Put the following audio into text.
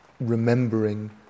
remembering